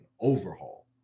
overhaul